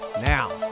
now